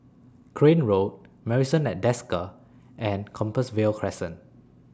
Crane Road Marrison At Desker and Compassvale Crescent